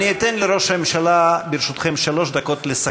אני אתן לראש הממשלה, ברשותכם, שלוש דקות לסכם,